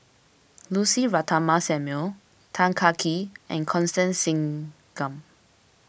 Lucy Ratnammah Samuel Tan Kah Kee and Constance Singam